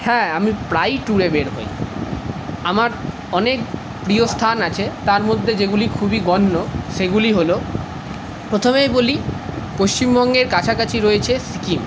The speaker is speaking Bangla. হ্যাঁ আমি প্রায়ই ট্যুরে বের হই আমার অনেক প্রিয় স্থান আছে তার মধ্যে যেগুলি খুবই গণ্য সেগুলি হল প্রথমেই বলি পশ্চিমবঙ্গের কাছাকাছি রয়েছে সিকিম